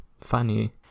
funny